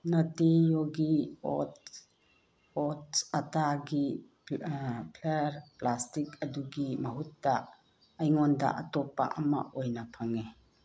nutty ꯌꯣꯒꯤ oats oats ꯑꯇꯥꯒꯤ flour plastic ꯑꯗꯨꯒꯤ ꯃꯍꯨꯠꯇ ꯑꯩꯉꯣꯟꯗ ꯑꯇꯣꯞꯄ ꯑꯃ ꯑꯣꯏꯅ ꯐꯪꯉꯤ